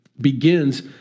begins